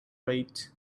rate